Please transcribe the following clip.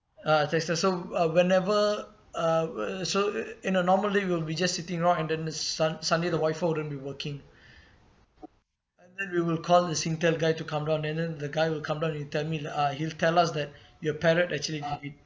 uh there's also uh whenever uh so in a normal day it will be just sitting around and then the sun~ suddenly the wifi wouldn't be working and then we will call the Singtel guy to come down and then the guy will come down and tell me like uh he'll tell us that your parrot actually did it